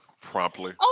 promptly